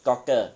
doctor